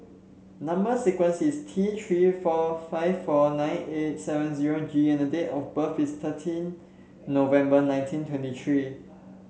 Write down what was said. number sequence is T Three four five four nine eight seven zero G and date of birth is thirteen November nineteen twenty three